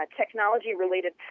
technology-related